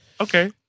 Okay